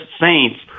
Saints